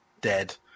dead